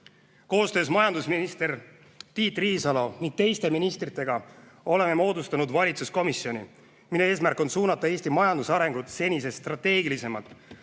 Koostöös majandusminister Tiit Riisalo ja teiste ministritega oleme moodustanud valitsuskomisjoni, mille eesmärk on suunata Eesti majanduse arengut senisest strateegilisemalt,